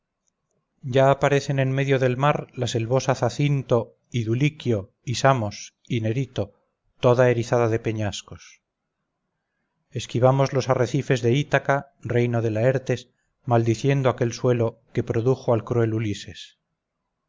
ya aparecen en medio del mar la selvosa zacinto y duliquio y samos y nerito toda erizada de peñascos esquivamos los arrecifes de ítaca reino de laertes maldiciendo aquel suelo que produjo al cruel ulises